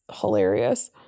hilarious